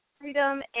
freedom